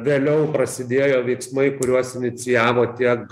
vėliau prasidėjo veiksmai kuriuos inicijavo tiek